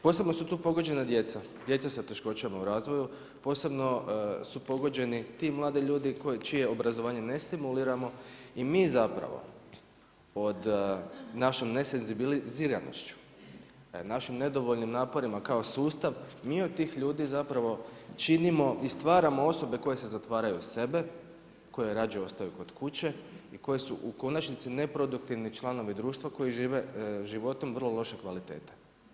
Posebno su tu pogođena djeca, djeca sa teškoćama u razvoju, posebno su pogođeni ti mladi ljudi čije obrazovanje ne stimuliramo i mi zapravo, od našoj nesenzibiliranošću, našim nedovoljnim naporima kao sustav, mi od tih ljudi zapravo činimo i stvaramo osobe koje se zatvaraju u sebe, koje radije ostaju kod kuće i koje su u konačnici neproduktivni članovi društva koje žive životom vrlo loše kvalitete.